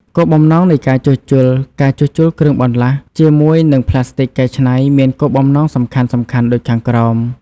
គោលបំណងនៃការជួសជុលការជួសជុលគ្រឿងបន្លាស់ជាមួយនឹងផ្លាស្ទិកកែច្នៃមានគោលបំណងសំខាន់ៗដូចខាងក្រោម